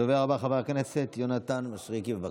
הדובר הבא, חבר הכנסת יונתן מישרקי, בבקשה.